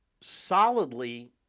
solidly